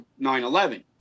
9-11